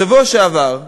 בשבוע שעבר,